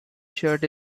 shirt